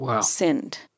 sinned